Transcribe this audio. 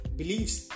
beliefs